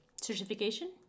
certification